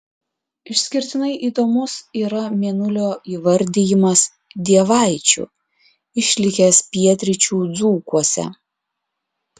išskirtinai įdomus yra mėnulio įvardijimas dievaičiu išlikęs pietryčių dzūkuose